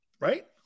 right